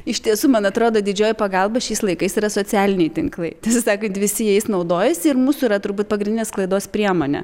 iš tiesų man atrodo didžioji pagalba šiais laikais yra socialiniai tinklai tiesą sakant visi jais naudojasi ir mūsų yra turbūt pagrindinė sklaidos priemonė